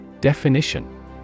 Definition